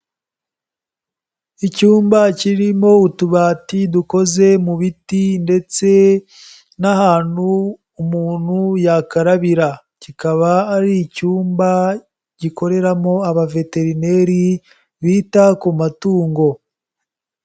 Icyumba kirimo utubati dukoze mu biti ndetse n'ahantu umuntu yakarabira, kikaba ari icyumba gikoreramo abaveterineri bita ku matungo.